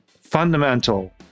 fundamental